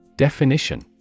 Definition